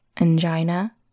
angina